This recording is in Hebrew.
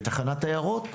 בתחנת עיירות,